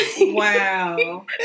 Wow